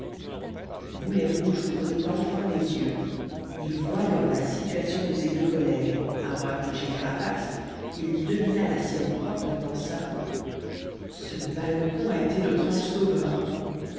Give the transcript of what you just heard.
boulet rouge ouvrit enfin les yeux et voyant la situation de ses deux collègues arbre à couche et carapace il devina la sienne propre et pensa ce balcon a été notre ange sauveur